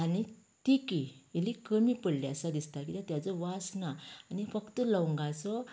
आनी तिखी इल्ली कमी पडल्या आसा दिसता कित्याक तेजो वास ना आनी फक्त लवंगाचो